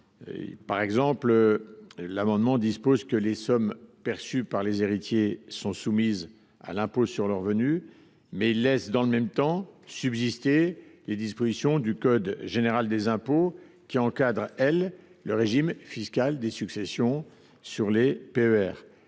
souhaitez en particulier que les sommes perçues par les héritiers soient soumises à l’impôt sur le revenu, mais vous laissez dans le même temps subsister les dispositions du code général des impôts qui encadrent le régime fiscal des successions sur les PER.